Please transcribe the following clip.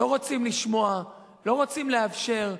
לא רוצים לשמוע, לא רוצים לאפשר.